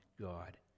God